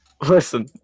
Listen